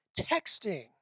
texting